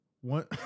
One